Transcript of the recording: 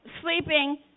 sleeping